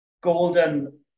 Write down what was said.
golden